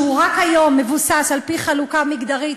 שהוא היום רק על-פי חלוקה מגדרית,